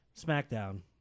Smackdown